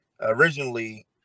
originally